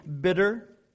bitter